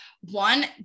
one